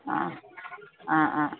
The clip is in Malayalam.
ആ ആ ആ